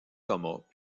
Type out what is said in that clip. thomas